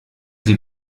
sie